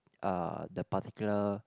uh the particular